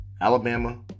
Alabama